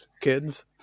kids